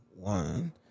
one